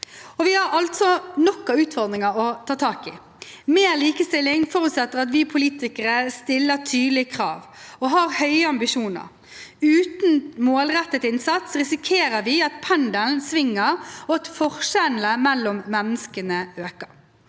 vi har altså nok av utfordringer å ta tak i. Mer likestilling forutsetter at vi politikere stiller tydelige krav og har høye ambisjoner. Uten målrettet innsats risikerer vi at pendelen svinger, og at forskjellene mellom mennesker øker.